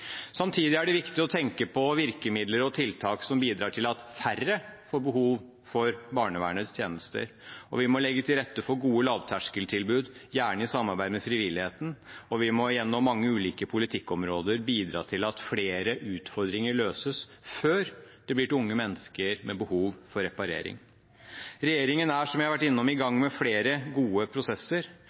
Samtidig er det viktig å tenke på virkemidler og tiltak som bidrar til at færre får behov for barnevernets tjenester. Vi må legge til rette for gode lavterskeltilbud, gjerne i samarbeid med frivilligheten, og vi må på mange ulike politikkområder bidra til at flere utfordringer løses før det blir til unge mennesker med behov for reparering. Regjeringen er, som jeg har vært innom, i gang med flere gode prosesser,